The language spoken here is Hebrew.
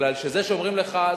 מפני שזה שאומרים לך,